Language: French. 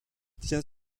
tient